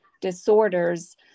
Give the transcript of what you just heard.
disorders